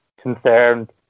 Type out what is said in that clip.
concerned